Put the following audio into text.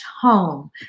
home